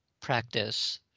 practice